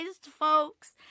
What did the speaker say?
folks